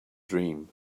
dream